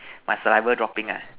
my saliva dropping ah